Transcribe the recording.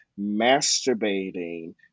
masturbating